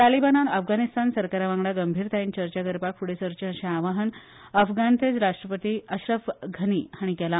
तालिबानान अफगाणिस्तान सरकार वांगडा गंभीरतायेन चर्चा करपाक फ़्डे सरचे अशे आवाहन अफगानतेच राष्ट्रपती अशरफ घनी हाणे केला